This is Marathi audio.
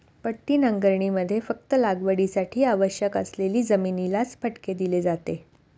पट्टी नांगरणीमध्ये फक्त लागवडीसाठी आवश्यक असलेली जमिनीलाच फटके दिले जाते